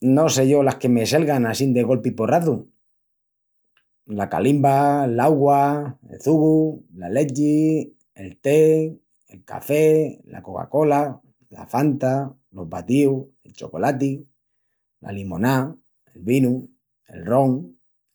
No sé yo las que me selgan assín de golpi i porrazu: la calimba, l'augua, el çugu, la lechi, el té, el café, la cocacola, la fanta, los batíus, el chocolati, la limoná, el vinu, el ron,